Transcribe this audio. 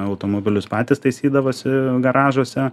automobilius patys taisydavosi garažuose